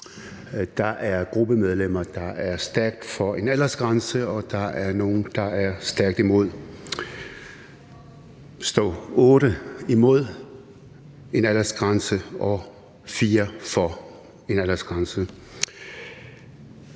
Der er gruppemedlemmer, der er stærkt for en aldersgrænse, og der er nogle, der er stærkt imod: Der er 8 imod en aldersgrænse og 4 for en aldersgrænse.